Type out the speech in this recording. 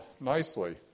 nicely